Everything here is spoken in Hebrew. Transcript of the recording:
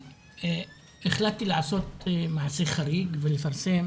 החלטתי לעשות מעשה חריג ולפרסם